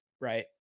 right